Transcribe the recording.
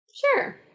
Sure